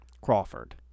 Crawford